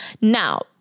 Now